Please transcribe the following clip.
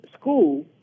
school